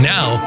Now